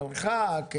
המרחק,